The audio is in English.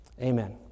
Amen